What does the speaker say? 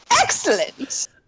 excellent